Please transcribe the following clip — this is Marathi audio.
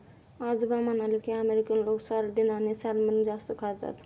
आजोबा म्हणाले की, अमेरिकन लोक सार्डिन आणि सॅल्मन जास्त खातात